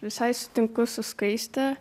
visai sutinku su skaiste